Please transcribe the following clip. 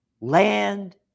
land